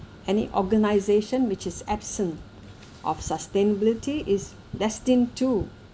any organisation which is absent of sustainability is destined to